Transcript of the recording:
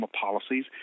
policies